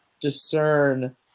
discern